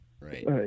Right